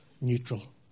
neutral